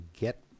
get